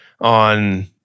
on